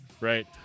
Right